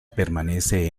permanece